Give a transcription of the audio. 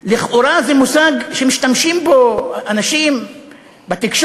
לכאורה זה מושג שמשתמשים בו אנשים בתקשורת,